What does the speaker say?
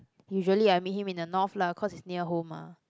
usually I meet him in the North lah cause it's near home mah